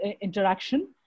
interaction